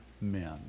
men